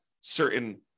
certain